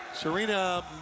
Serena